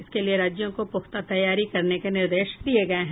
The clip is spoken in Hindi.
इसके लिए राज्यों को पुख्ता तैयारी करने के निर्देश दिये गये हैं